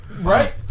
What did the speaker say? Right